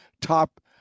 top